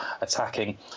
attacking